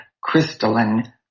crystalline